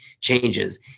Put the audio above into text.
changes